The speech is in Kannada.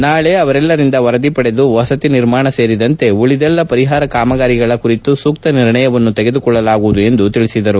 ನಾಳೆ ಅವರೆಲ್ಲರಿಂದ ವರದಿ ಪಡೆದು ವಸತಿ ನಿರ್ಮಾಣ ಸೇರಿದಂತೆ ಉಳಿದೆಲ್ಲ ಪರಿಹಾರ ಕಾಮಗಾರಿಗಳ ಕುರಿತು ಸೂಕ್ತ ನಿರ್ಣಯವನ್ನು ತೆಗೆದುಕೊಳ್ಳಲಾಗುವುದು ಎಂದು ಹೇಳಿದರು